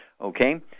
Okay